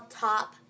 Top